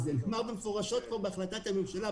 זה נאמר מפרושות כבר בהחלטת הממשלה.